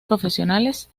profesionales